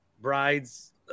brides